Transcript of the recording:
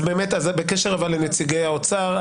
בקשר לנציגי האוצר,